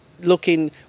looking